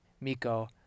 Miko